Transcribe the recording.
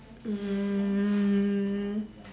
um